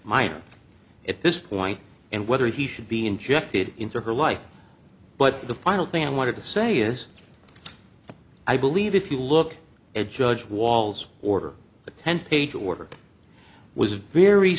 minor at this point and whether he should be injected into her life but the final thing i wanted to say is i believe if you look at judge walls order a ten page order was very